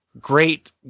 Great